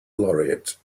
laureate